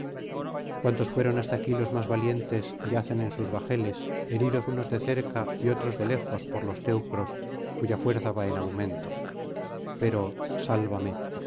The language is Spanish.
cuantos fueron hasta aquí los más valientes yacen en sus bajeles heridos unos de cerca y otos de lejos por los teucros cuya fuerza va en aumento pero sálvame